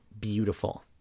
beautiful